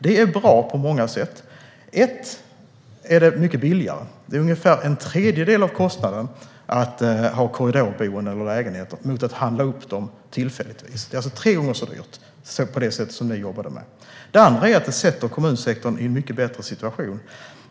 Det är bra på många sätt. För det första är det mycket billigare. Kostnaden för korridorboenden eller lägenheter är en tredjedel av kostnaden för att handla upp tillfälliga boenden. Det blev alltså tre gånger så dyrt på det sätt som ni jobbade. För det andra sätter det kommunsektorn i en mycket bättre situation.